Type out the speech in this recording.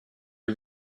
eut